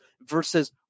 Versus